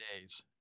days